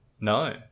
No